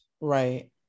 right